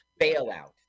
Bailout